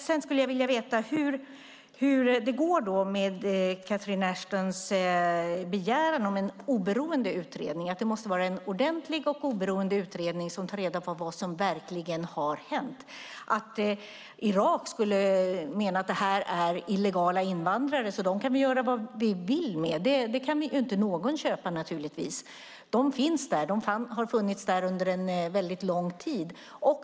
Sedan skulle jag vilja veta hur det går med Catherine Ashtons begäran om en oberoende utredning. Det måste vara en ordentlig och oberoende utredning som tar reda på vad som verkligen har hänt. Att Irak skulle mena att det här är illegala invandrare, så dem kan man göra vad man vill med, kan naturligtvis inte någon köpa. De finns där. De har funnits där under en väldigt lång tid.